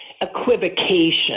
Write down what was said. equivocation